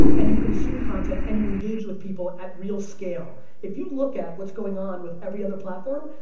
and you consume content, and you engage with people at real scale. if you look at what's going on with every other platform,